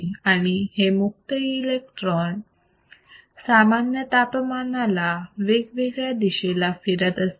आणि हे मुक्त इलेक्ट्रॉन सामान्य तापमानाला वेगवेगळ्या दिशेला फिरत असतात